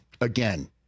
again